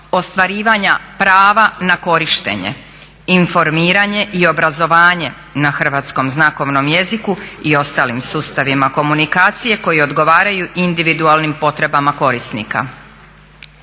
ostvarivanja prava na korištenje, informiranje i obrazovanje na hrvatskom znakovnom jeziku i ostalim sustavima komunikacije koji odgovaraju individualnim potrebama korisnika.